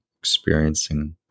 experiencing